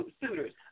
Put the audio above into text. suitors